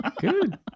Good